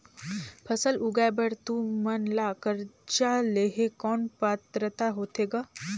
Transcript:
फसल उगाय बर तू मन ला कर्जा लेहे कौन पात्रता होथे ग?